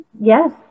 Yes